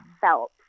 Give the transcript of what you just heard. felt